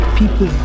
People